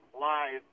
live